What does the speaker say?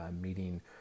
meeting